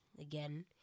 again